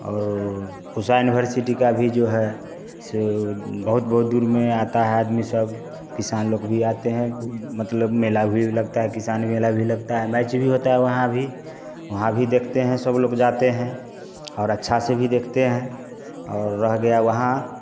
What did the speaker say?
और पूसा इनभरसिटी का भी जो है सो बहुत बहुत दूर में आता है आदमी सब किसान लोग भी आते हैं मतलब मेला भी लगता है किसान मेला भी लगता है मैच भी होता है वहाँ भी वहाँ भी देखते है सब लोग जाते हैं और अच्छा से भी देखते हैं और रह गया वहाँ